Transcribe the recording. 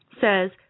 says